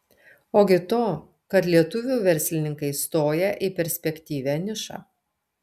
ogi to kad lietuvių verslininkai stoja į perspektyvią nišą